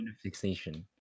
fixation